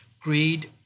greed